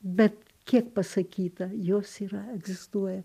bet kiek pasakyta jos yra egzistuoja